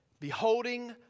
Beholding